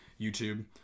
YouTube